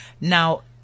Now